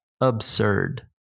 absurd